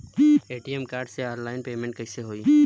ATM card से online payment कैसे होई?